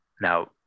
Now